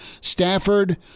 Stafford